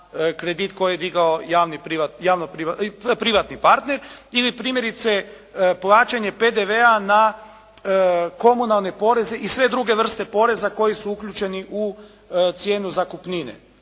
kredit koji je digao privatni partner. Ili primjerice plaćanje PDV-a na komunalne poreze i sve druge vrste poreza koji su uključeni u cijenu zakupnine